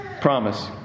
promise